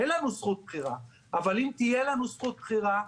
אין לנו זכות בחירה אבל אם תהיה לנו זכות בחירה,